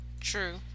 True